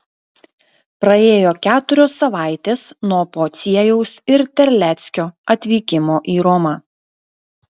praėjo keturios savaitės nuo pociejaus ir terleckio atvykimo į romą